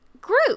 group